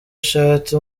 ashatse